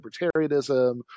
libertarianism